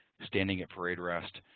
standing at parade arrest,